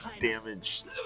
damaged